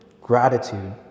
gratitude